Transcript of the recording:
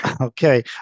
Okay